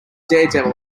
daredevil